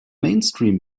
mainstream